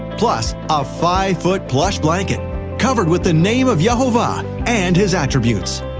plus a five foot plush blanket covered with the name of yehovah and his attributes.